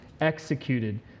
executed